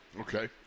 Okay